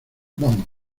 vamos